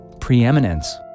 preeminence